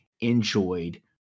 enjoyed